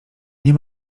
nie